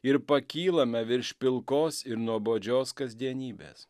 ir pakylame virš pilkos ir nuobodžios kasdienybės